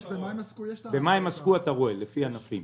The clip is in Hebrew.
במה הם עסקו אתה רואה לפי הענפים.